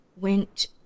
went